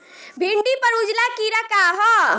भिंडी पर उजला कीड़ा का है?